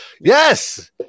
Yes